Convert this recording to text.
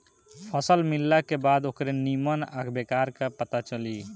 फसल मिलला के बाद ओकरे निम्मन आ बेकार क पता चली